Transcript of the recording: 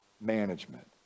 management